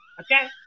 okay